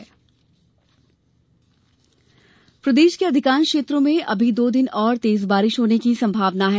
मौसम प्रदेश के अधिकांश क्षेत्रों में अभी दो दिन और तेज बारिश होने की संभावना है